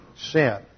sin